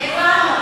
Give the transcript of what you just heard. הבנו.